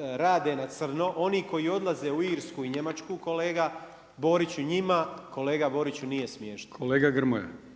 rade na crno, oni koji odlaze u Irsku i Njemačku, kolega Boriću njima, kolega Boriću nije smiješno.